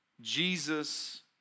Jesus